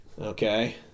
Okay